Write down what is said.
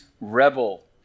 rebel